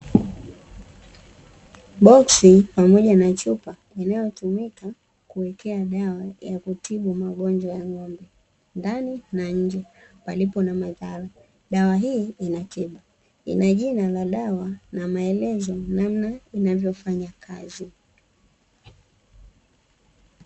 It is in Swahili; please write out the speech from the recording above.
Boksi pamoja na chupa inayotumika kuwekea dawa ya kutibu magonjwa ya ng'ombe ndani na nje palipo na madhara. Dawa hii ina jina la dawa na maelezo ya namna inavyo fanya kazi.